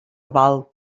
val